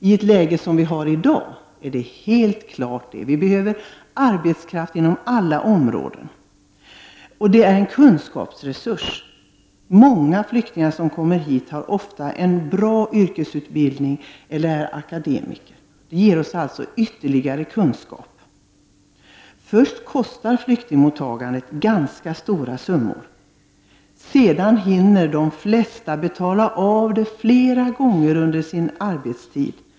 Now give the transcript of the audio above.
I ett läge som vi har i dag är de helt klart en resurs. Vi behöver arbetskraft inom alla områden. De utgör en kunskapsresurs. Många flyktingar som kommer hit har ofta en bra yrkesutbildning eller är akademiker. De ger oss alltså också ytterligare kunskaper. Först kostar flyktingmottagandet ganska stora summor, men sedan hinner de flesta betala av det flera gånger om under sin arbetstid.